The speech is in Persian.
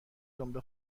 جمله